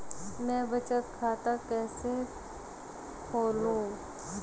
मैं बचत खाता कैसे खोलूं?